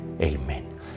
Amen